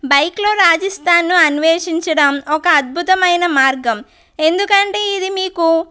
బైకులో రాజస్థాను అన్వేషించడం ఒక అద్భుతమైన మార్గం ఎందుకంటే ఇది మీకు